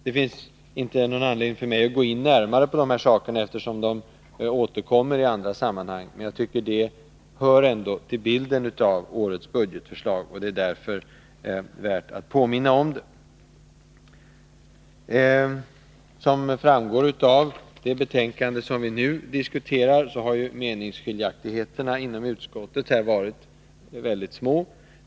Det finns inte någon anledning för mig att gå in närmare på de här sakerna, eftersom de återkommer i andra sammanhang, men de hör till bilden av årets budgetförslag. Som framgår av det betänkande vi nu diskuterar har meningsskiljaktigheterna inom utskottet varit ytterst små.